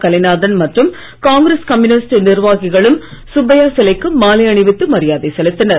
கலைநாதன் மற்றும் காங்கிரஸ் கம்யூனிஸ்ட் நிர்வாகிகளும் சுப்பையா சிலைக்கு மாலை அணிவித்து மரியாதை செலுத்தினர்